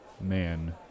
man